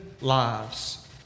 lives